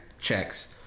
checks